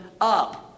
up